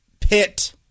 pit